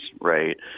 right